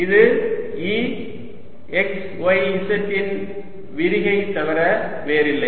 இது E x y z இன் விரிகை தவிர வேறில்லை